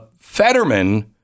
Fetterman